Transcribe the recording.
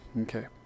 okay